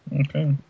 okay